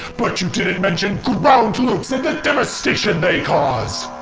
but you didn't mention ground loops and the devastation they cause!